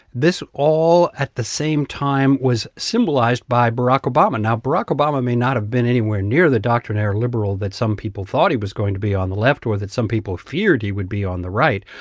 this, all at the same time, was symbolized by barack obama now, barack obama may not have been anywhere near the doctrinaire liberal that some people thought he was going to be on the left or that some people feared he would be on the right.